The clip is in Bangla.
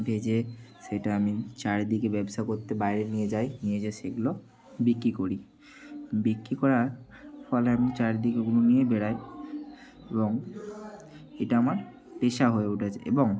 ভেজে সেটা আমি চারিদিকে ব্যবসা করতে বাইরে নিয়ে যাই নিয়ে যেয়ে সেগুলো বিক্রি করি বিক্রি করার ফলে আমি চারিদিকে ওগুলো নিয়ে বেরোই এবং এটা আমার পেশা হয়ে উঠেছে এবং